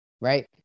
Right